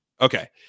Okay